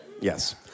Yes